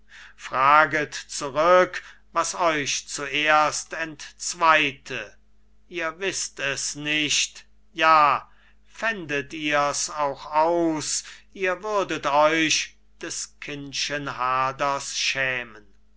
fragte zurück was euch zuerst entzweite ihr wißt es nicht ja fändet ihr's auch aus ihr würdet auch des kind'schen haders schämen